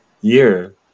year